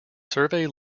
survey